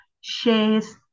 Shares